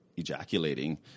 Ejaculating